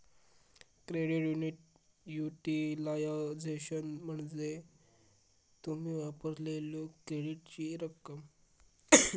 credit utilisation म्हणजे तुम्ही वापरलेल्यो क्रेडिटची रक्कम